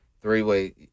Three-way